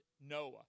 Noah